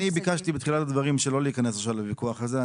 אני ביקשתי בתחילת הדברים שלא להיכנס עכשיו לוויכוח על זה.